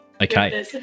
Okay